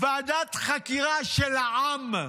ועדת חקירה של העם.